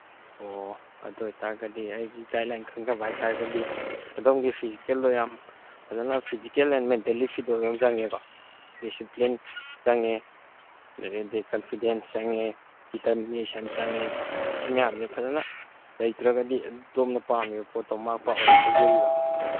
ꯑꯣ ꯑꯗꯨꯏ ꯑꯣꯏ ꯇꯥꯔꯒꯗꯤ ꯑꯩꯒꯤ ꯒꯥꯏꯠ ꯂꯥꯏꯟ ꯈꯪꯖꯕ ꯍꯥꯏ ꯇꯥꯔꯒꯗꯤ ꯑꯗꯣꯝꯒꯤ ꯐꯤꯖꯤꯀꯦꯜꯗꯣ ꯌꯥꯝ ꯐꯖꯅ ꯐꯤꯖꯤꯀꯦꯜ ꯑꯦꯟ ꯃꯦꯟꯇꯦꯜꯂꯤ ꯐꯤꯠ ꯑꯣꯏꯕ ꯑꯃ ꯆꯪꯉꯦꯀꯣ ꯗꯤꯁꯤꯄ꯭ꯂꯤꯟ ꯆꯪꯉꯦ ꯑꯗꯩꯗꯤ ꯀꯟꯐꯤꯗꯦꯟꯁ ꯆꯪꯉꯦ ꯗꯤꯇꯔꯃꯤꯅꯦꯁꯟ ꯆꯪꯉꯦ ꯁꯤ ꯃꯌꯥꯝꯁꯦ ꯐꯖꯅ ꯂꯩꯇ꯭ꯔꯒꯗꯤ ꯑꯗꯣꯝꯅ ꯄꯥꯝꯃꯤꯕ ꯄꯣꯠꯇꯣ ꯃꯥꯏ ꯄꯥꯛꯑꯣꯏ ꯍꯥꯏꯖꯩꯕ